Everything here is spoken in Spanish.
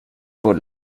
por